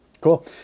Cool